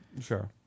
Sure